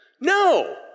No